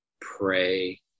pray